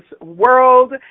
world